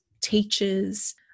teachers